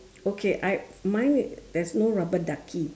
okay I mine there's no rubber ducky